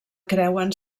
creuen